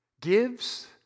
gives